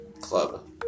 club